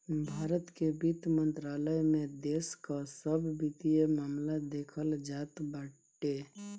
भारत के वित्त मंत्रालय में देश कअ सब वित्तीय मामला देखल जात बाटे